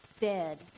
dead